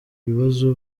bibazo